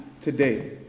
today